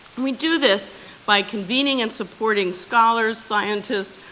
and we do this by convening and supporting scholars, scientists,